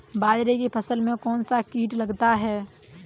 बाजरे की फसल में कौन सा कीट लगता है?